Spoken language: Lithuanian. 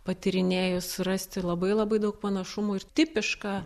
patyrinėjus surasti labai labai daug panašumų ir tipiška